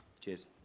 Cheers